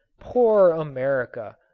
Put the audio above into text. poor america!